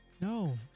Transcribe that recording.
No